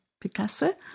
Picasso